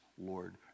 Lord